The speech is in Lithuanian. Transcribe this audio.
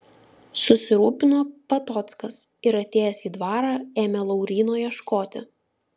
susirūpino patockas ir atėjęs į dvarą ėmė lauryno ieškoti